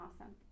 awesome